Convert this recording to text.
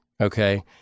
okay